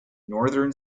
northern